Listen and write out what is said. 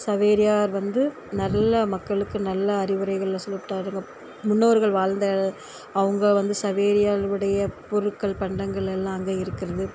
சவேரியார் வந்து நல்ல மக்களுக்கு நல்ல அறிவுரைகளை சொல்லிப்புட்டார் எங்க முன்னோர்கள் வாழ்ந்த அவங்க வந்து சவேரியார் உடைய பொருட்கள் பண்டங்கள் எல்லாம் அங்கே இருக்கிறது